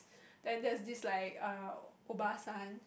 then there was this like err obasan